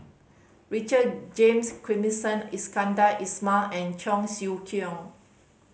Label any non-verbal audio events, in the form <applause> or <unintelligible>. Richard James <unintelligible> Iskandar Ismail and Cheong Siew Keong